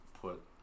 put